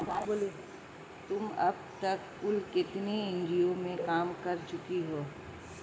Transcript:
तुम अब तक कुल कितने एन.जी.ओ में काम कर चुकी हो?